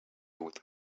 with